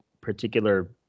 particular